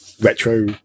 retro